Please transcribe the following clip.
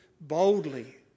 boldly